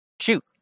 Shoot